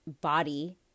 body